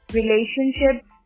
relationships